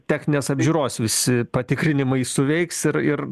techninės apžiūros visi patikrinimai suveiks ir ir